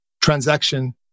Transaction